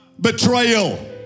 Betrayal